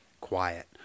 Quiet